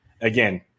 again